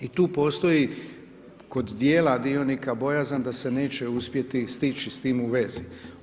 I tu postoji kod djela dionika bojazan da se neće uspjeti stići s tim u vezi.